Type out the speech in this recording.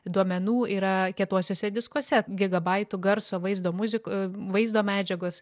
duomenų yra kietuosiuose diskuose gigabaitų garso vaizdo muzikos vaizdo medžiagos